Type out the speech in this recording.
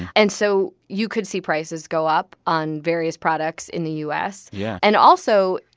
and so you could see prices go up on various products in the u s. yeah and, also,